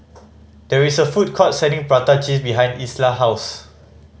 there is a food court selling prata cheese behind Isla house